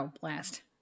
blast